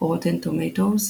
Rotten Tomatoes